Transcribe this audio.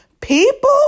People